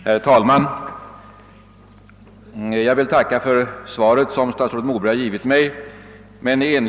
Herr talman! Jag vill tacka för det svar som statsrådet Moberg har givit mig.